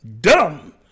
dumb